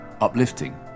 uplifting